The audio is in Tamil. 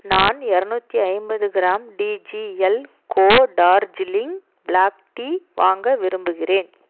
நான் இரநூத்தி ஐம்பது gram TGL co Darjeeling black tea வாங்க விரும்புகிறேன்